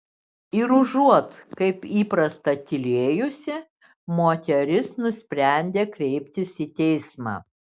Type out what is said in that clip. ir užuot kaip įprasta tylėjusi moteris nusprendė kreiptis į teismą